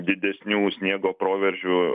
didesnių sniego proveržių